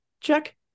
Check